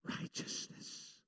righteousness